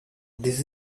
this